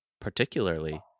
Particularly